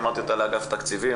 אמרתי אותה לאגף התקציבים,